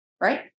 right